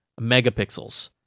megapixels